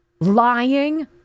lying